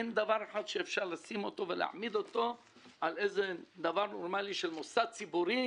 אין דבר אחד שאפשר להעמיד אותו על אופן נורמלי של מוסד ציבורי,